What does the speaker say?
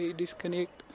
disconnect